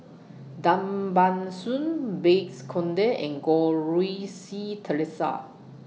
Tan Ban Soon Bakes Conde and Goh Rui Si Theresa